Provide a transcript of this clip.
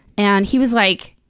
and he was like,